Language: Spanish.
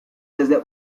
desde